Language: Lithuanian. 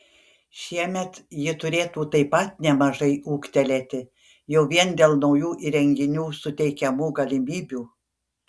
šiemet ji turėtų taip pat nemažai ūgtelėti jau vien dėl naujų įrenginių suteikiamų galimybių